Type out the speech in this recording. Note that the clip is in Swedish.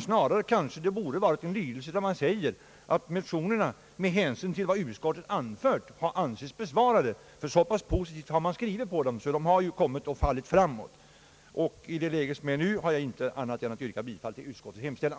Snarare borde utskottet ha hemställt att motionerna kunde anses besvarade med vad utskottet anfört, ty så pass positivt har utskottet skrivit. Motionerna har fallit framåt. I nuvarande läge har jag intet annat att göra än att yrka bifall till utskottets hemställan.